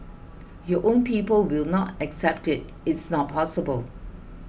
your own people will not accept it it's not possible